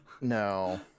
No